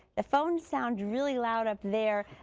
the phone sounds really loud up there.